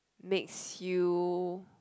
makes you